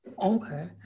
Okay